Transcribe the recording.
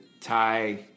Thai